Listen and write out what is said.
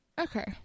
Okay